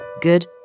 good